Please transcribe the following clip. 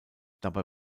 dabei